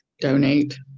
donate